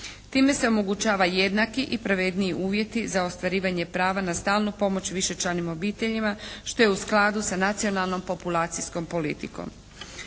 Time se omogućava jednaki i pravedniji uvjeti za ostvarivanje prava na stalnu pomoć višečlanim obiteljima što je u skladu sa Nacionalnom populacijskom politikom.